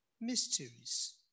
mysteries